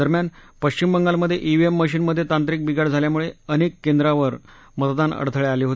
दरम्यान पश्चिम बंगालमधे ईव्ही एम मशीनमधे तांत्रिक बिघाड झाल्यामुळे अनेक केंद्रावर मतदानात अडथळे आले आहेत